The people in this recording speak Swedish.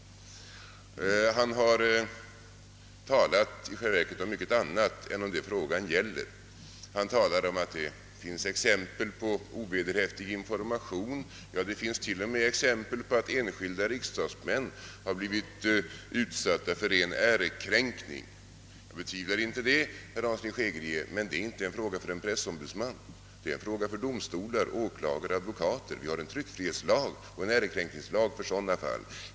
Herr Hansson talade i själva verket om mycket annat än vad frågan gäller. Han sade att det finns exempel på ovederhäftig information, ja, t.o.m. exempel på att enskilda riksdagsmän blivit utsatta för ren ärekränkning. Det betvivlar jag inte alls, herr Hansson. Men det är inte någon fråga för en pressombudsman. Det är en fråga för domstolar, åklagare och advokater. Vi har en tryckfrihetslag och en ärekränkningslag för sådana fall.